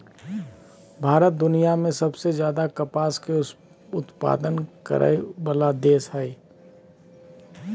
भारत दुनिया में सबसे ज्यादे कपास के उत्पादन करय वला देश हइ